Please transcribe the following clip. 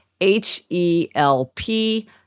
H-E-L-P